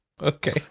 Okay